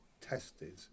tested